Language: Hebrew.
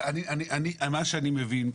ממה שאני מבין,